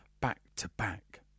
back-to-back